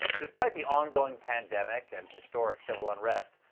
despite the ongoing pandemic and historic civil unrest,